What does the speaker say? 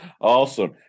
Awesome